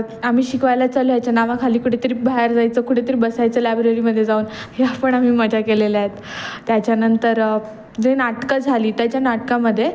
आम्ही शिकवायला चालू याच्या नावाखाली कुठेतरी बाहेर जायचं कुठेतरी बसायचं लायब्ररीमध्ये जाऊन ह्या पण आम्ही मजा केलेल्या आहेत त्याच्यानंतर जे नाटकं झाली त्याच्या नाटकामध्ये